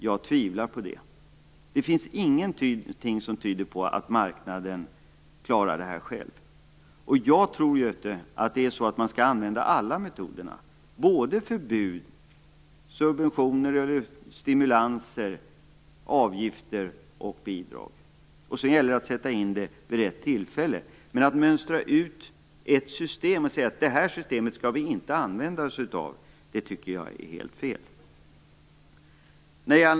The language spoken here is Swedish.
Jag tvivlar på det. Det finns ingenting som tyder på att marknaden klarar det själv. Jag tror, Göte Jonsson, att man skall använda alla metoder: förbud, subventioner, stimulanser, avgifter och bidrag. Sedan gäller det att sätta in dem vid rätt tillfälle. Men att mönstra ut ett system och säga att vi inte skall använda oss av det, tycker jag är helt fel.